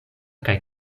kaj